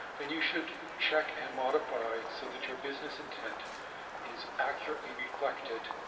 then you should check and modify so that your business intent is accurately reflected